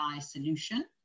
solution